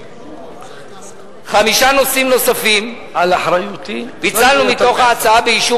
חמישה נושאים נוספים פיצלנו מההצעה באישור